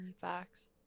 facts